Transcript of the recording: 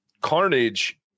Carnage